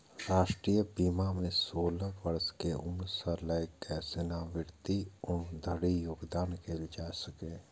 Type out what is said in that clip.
राष्ट्रीय बीमा मे सोलह वर्ष के उम्र सं लए कए सेवानिवृत्तिक उम्र धरि योगदान कैल जा सकैए